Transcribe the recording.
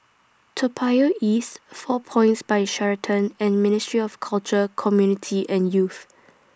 Toa Payoh East four Points By Sheraton and Ministry of Culture Community and Youth